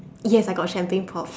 yes I got champagne pop